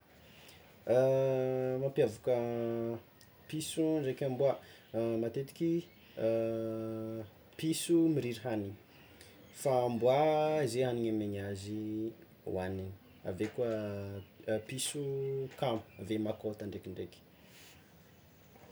Mampiavaka piso ndraiky amboà, a matetiky piso miriry hagniny fa amboà ze hagnigny amegny azy hoagniny, ave koa piso kamo ave makôta ndraikindraiky.